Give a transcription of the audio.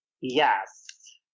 Yes